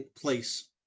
place